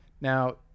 Now